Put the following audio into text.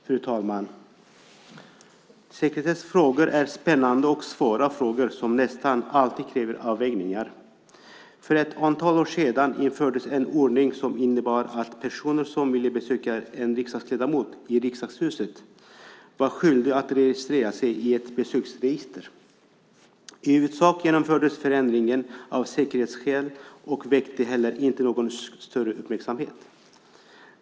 Fru talman! Sekretessfrågor är spännande och svåra frågor som nästan alltid kräver avvägningar. För ett antal år sedan infördes en ordning som innebar att personer som vill besöka en riksdagsledamot i Riksdagshuset är skyldiga att registrera sig i ett besöksregister. I huvudsak genomfördes förändringen av säkerhetsskäl, och den väckte inte heller någon större uppmärksamhet.